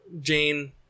Jane